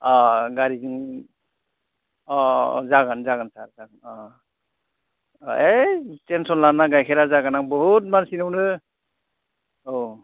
अ गारिजों अ जागोन जागोन ओइ टेनसन लानाङा गाइखेरा जागोन आं बुहुद मानसिनियावनो औ